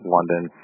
London